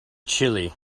chilly